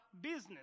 business